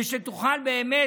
ושתוכל באמת,